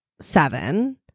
seven